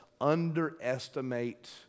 underestimate